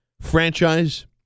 franchise